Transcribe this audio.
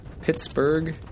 Pittsburgh